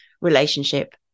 relationship